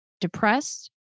depressed